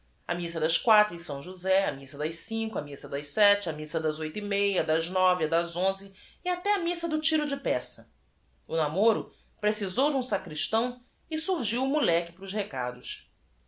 a missa das quatro em osé a missa das cinco a missa das sete a missa das oito e meia a das nove a das onze e até a missa do t i r o de peça namoro precisou de um sachristão e surgiu o moleque para os recados